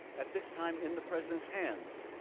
at this time in the presidents hands.